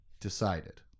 decided